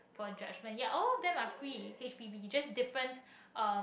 for judgement ya all of them are free yeah H_P_B just different um